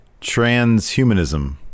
Transhumanism